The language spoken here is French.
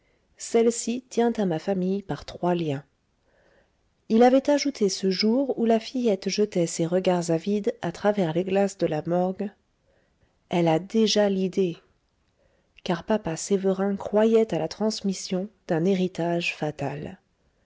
celle-ci tient à ma famille par trois liens il avait ajouté ce jour où la fillette jetait ses regards avides à travers les glaces de la morgue elle a déjà l'idée car papa sévérin croyait à la transmission d'un héritage fatal